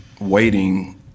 waiting